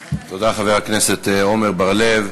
תודה, חבר הכנסת עמר בר-לב.